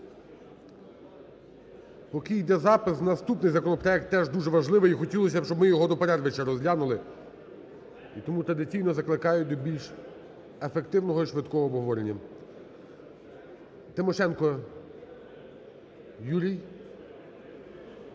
Поки йде запис, наступний законопроект теж дуже важливий, і хотілося б, щоб ми його до перерви ще розглянули. Тому традиційно закликаю до більш ефективного і швидкого обговорення. Тимошенко Юрій.